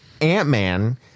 Ant-Man